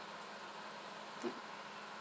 yeah